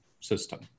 system